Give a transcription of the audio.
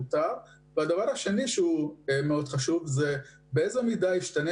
הדבר השני שהוא חשוב זה באיזו מידה ישתנה